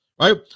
right